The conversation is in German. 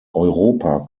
europa